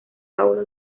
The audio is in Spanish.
paulo